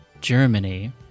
Germany